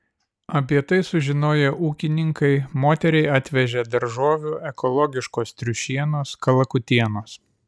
apie tai sužinoję ūkininkai moteriai atvežė daržovių ekologiškos triušienos kalakutienos